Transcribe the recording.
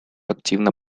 активно